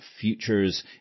futures